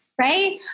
right